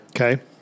Okay